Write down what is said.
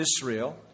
Israel